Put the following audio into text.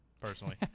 personally